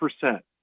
percent